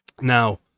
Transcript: Now